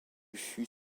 fut